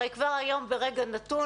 הרי כבר היום ברגע נתון,